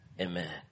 Amen